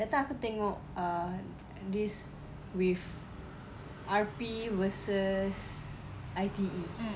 that time aku tengok uh this with R_P versus I_T_E